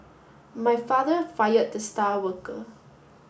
my father fired the star worker